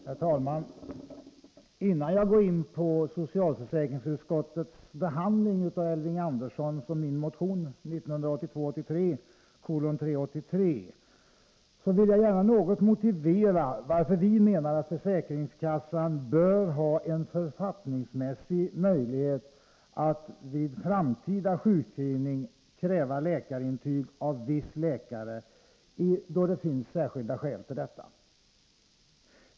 Herr talman! Innan jag går in på socialförsäkringsutskottets behandling av Elving Anderssons och min motion 1982/83:383 vill jag gärna något motivera varför vi menar att försäkringskassan bör ha en författningsmässig möjlighet att vid framtida sjukskrivning kräva läkarintyg av viss läkare, då det finns särskilda skäl för detta.